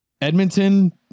Edmonton